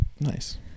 Nice